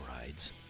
rides